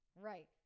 Right